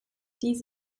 dies